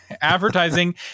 advertising